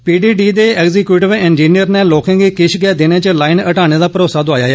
पी D D दे executive engineer नै लोकें गी किश गै दिनें च लाईन हटाने दा भरोसा दोआया ऐ